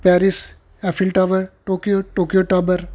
Paris Eiffel tower Tokyo Tokyo tower